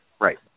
Right